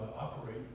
operate